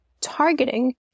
targeting